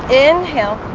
inhale